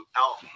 out